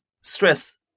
stress